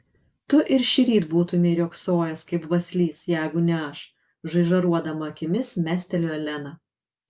tu ir šįryt būtumei riogsojęs kaip baslys jeigu ne aš žaižaruodama akimis mestelėjo lena